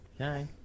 Okay